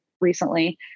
recently